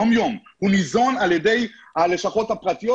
הוא ניזון על-ידי הלשכות הפרטיות,